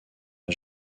n’a